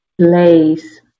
place